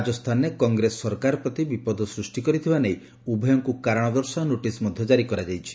ରାଜସ୍ଥାନରେ କଂଗ୍ରେସ ସରକାର ପ୍ରତି ବିପଦ ସୃଷ୍ଟି କରିଥିବା ନେଇ ଉଭୟଙ୍କୁ କାରଣ ଦର୍ଶାଅ ନୋଟିସ୍ ଜାରି କରାଯାଇଛି